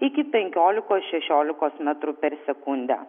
iki penkiolikos šešiolikos metrų per sekundę